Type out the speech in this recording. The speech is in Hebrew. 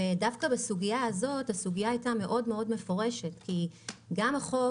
דווקא בסוגיה הזאת הסוגיה היתה מאוד מפורשת כי גם החוק,